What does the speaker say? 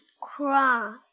cross